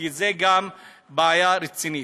כי זאת בעיה רצינית.